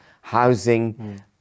housing